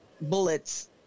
bullets